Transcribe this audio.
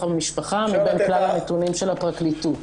המשפחה מבין כלל הנתונים של הפרקליטות.